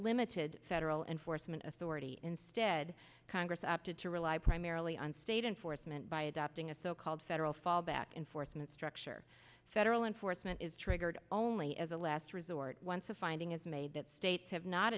limited federal enforcement authority instead congress opted to rely primarily on state enforcement by adopting a so called federal fall back and forth and structure federal enforcement is triggered only as a last resort once a finding is made that states have not